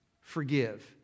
forgive